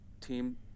team